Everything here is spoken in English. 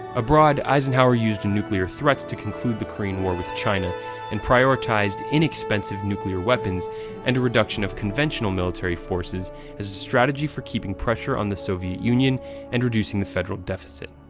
abroad, eisenhower used nuclear threats to conclude the korean war with china and prioritized inexpensive nuclear weapons and a reduction of conventional military forces as a strategy for keeping pressure on the soviet union and reducing the federal deficit.